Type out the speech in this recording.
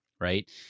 right